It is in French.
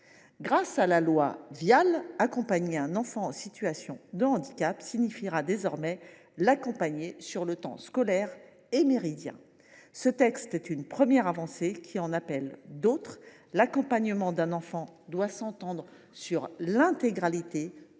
Grâce à la loi Vial, accompagner un enfant en situation de handicap signifiera désormais l’accompagner sur les temps scolaire et méridien. Ce texte est une première avancée qui en appelle d’autres. L’accompagnement d’un enfant doit s’entendre sur l’intégralité d’une journée